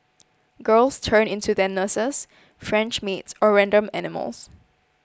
girls turn into their nurses French maids or random animals